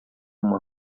uma